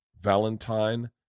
valentine